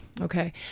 Okay